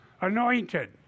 anointed